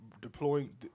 deploying